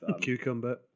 Cucumber